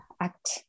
act